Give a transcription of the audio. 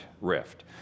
rift